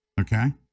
okay